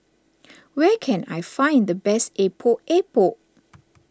where can I find the best Epok Epok